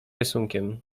rysunkiem